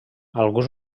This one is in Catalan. alguns